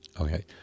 okay